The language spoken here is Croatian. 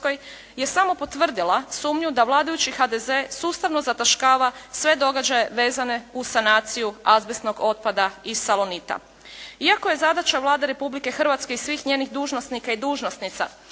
je samo potvrdila sumnju da vladajući HDZ sustavno zataškava sve događaje vezane uz sanaciju azbestnog otpada iz Salonita. Iako je zadaća Vlade Republike Hrvatske i svih njenih dužnosnika i dužnosnica